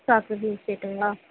chocolate milk ஷேக்குங்களா